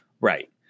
Right